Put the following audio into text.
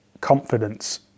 confidence